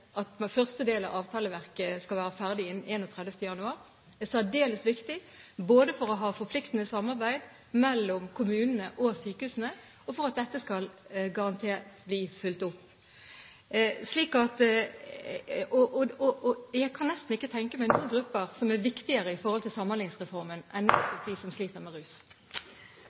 første del av avtaleverket skal være ferdig innen 31. januar – er særdeles viktig, både for å ha forpliktende samarbeid mellom kommunene og sykehusene og for at dette garantert skal bli fulgt opp. Jeg kan nesten ikke tenke meg noen grupper som er viktigere i forhold til Samhandlingsreformen enn nettopp de som sliter med rus.